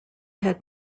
had